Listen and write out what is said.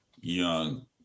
young